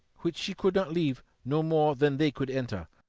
which she could not leave no more than they could enter.